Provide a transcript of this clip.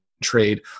trade